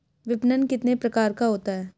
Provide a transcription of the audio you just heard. विपणन कितने प्रकार का होता है?